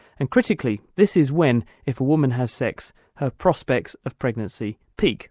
and critically this is when if a woman has sex her prospects of pregnancy peak